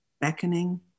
beckoning